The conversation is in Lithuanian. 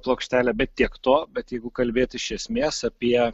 plokštelę bet tiek to bet jeigu kalbėti iš esmės apie